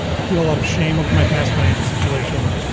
i feel a lot of shame of my past financial situation,